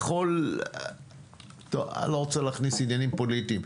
אני לא רוצה להכניס עניינים פוליטיים.